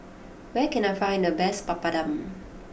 where can I find the best Papadum